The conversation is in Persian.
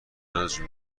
نازشو